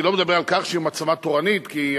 אני לא מדבר על כך שהיא מעצמה תורנית כי היא